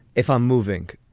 if i'm moving,